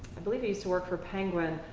i believe he used to work for penguin.